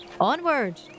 onward